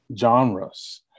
genres